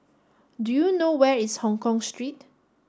do you know where is Hongkong Street